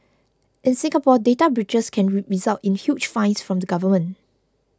in Singapore data breaches can result in huge fines from the government